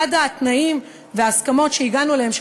אחד התנאים וההסכמות שהגענו אליהם,